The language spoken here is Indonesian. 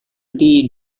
lee